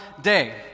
day